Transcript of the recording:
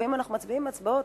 לפעמים אנחנו מצביעים הצבעות,